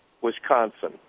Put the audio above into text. Wisconsin